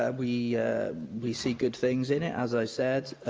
ah we we see good things in it, as i said,